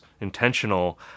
intentional